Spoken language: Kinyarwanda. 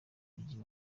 mujyi